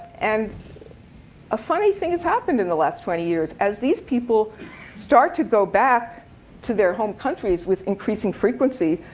and a funny thing has happened in the last twenty years. as these people start to go back to their home countries with increasing frequency,